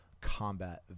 combat